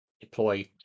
deploy